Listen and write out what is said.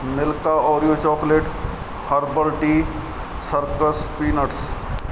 Milka Oreo chocolate herbal tea ਸਰਪਸਲ peanuts